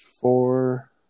four